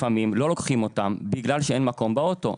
לפעמים לא לוקחים אותם בגלל שאין מקום באוטו.